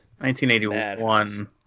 1981